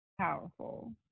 powerful